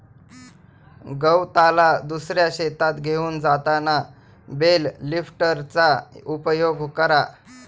गवताला दुसऱ्या शेतात घेऊन जाताना बेल लिफ्टरचा उपयोग करा